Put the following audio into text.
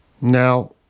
Now